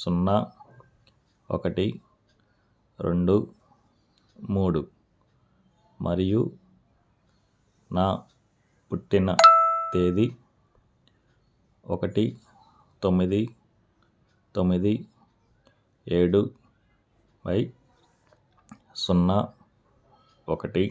సున్నా ఒకటి రెండు మూడు మరియు నా పుట్టిన తేదీ ఒకటి తొమ్మిది తొమ్మిది ఏడు బై సున్నా ఒకటి